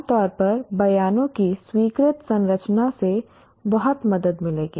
आमतौर पर बयानों की स्वीकृत संरचना से बहुत मदद मिलेगी